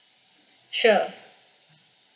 sure